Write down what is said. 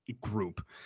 group